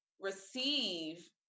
receive